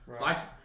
Life